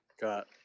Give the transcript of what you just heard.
got